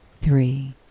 three